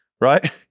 right